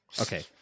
Okay